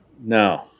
No